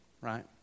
Right